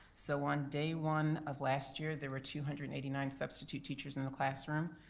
so on day one of last year there were two hundred and eighty nine substitute teachers in the classroom.